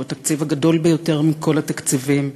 שהוא התקציב הגדול ביותר מכל התקציבים,